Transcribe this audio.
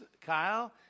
Kyle